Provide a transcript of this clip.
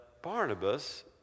Barnabas